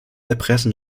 erpressen